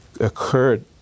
occurred